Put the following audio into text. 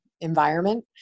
environment